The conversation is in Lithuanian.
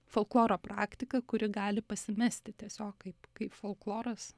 folkloro praktika kuri gali pasimesti tiesiog kaip kaip folkloras